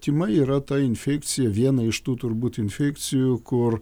tymai yra ta infekcija viena iš tų turbūt infekcijų kur